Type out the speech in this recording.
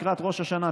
לקראת ראש השנה,